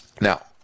Now